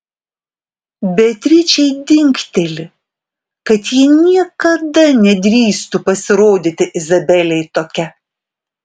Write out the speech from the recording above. beatričei dingteli kad ji niekada nedrįstų pasirodyti izabelei tokia